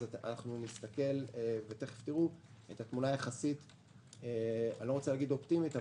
נסתכל ותיכף תראו את התמונה אני לא רוצה להגיד אופטימית,